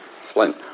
Flint